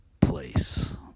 place